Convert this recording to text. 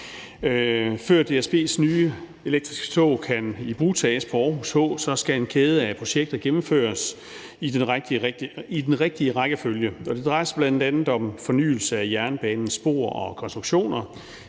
Før DSB's nye elektriske tog kan ibrugtages på Aarhus H, skal en kæde af projekter gennemføres i den rigtige rækkefølge. Det drejer sig bl.a. om fornyelse af jernbanens spor og konstruktioner,